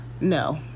No